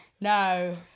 no